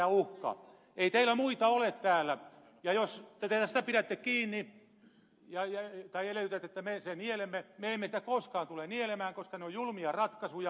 ei teillä muita ole täällä ja jos te tästä pidätte kiinni tai edellytätte että me sen nielemme me emme sitä koskaan tule nielemään koska ne ovat julmia ratkaisuja